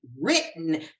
written